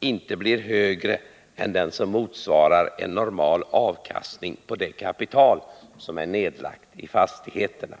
inte blir högre än den som motsvarar en normal avkastning på det kapital som är nedlagt i fastigheterna.